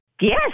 Yes